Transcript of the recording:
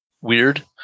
weird